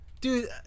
Dude